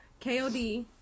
KOD